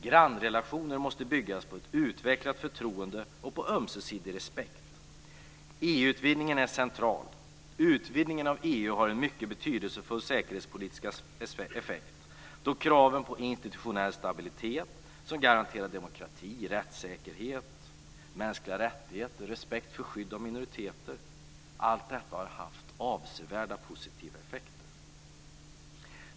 Grannrelationer måste bygga på utvecklat förtroende och på ömsesidig respekt. EU utvidgningen är central. Utvidgningen av EU har en mycket betydelsefull säkerhetspolitisk effekt då kraven på institutionell stabilitet som garanterar demokrati, rättssäkerhet, mänskliga rättigheter och respekt för skydd av minoriteter har haft avsevärda positiva effekter.